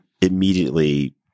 immediately